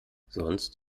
sonst